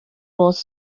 was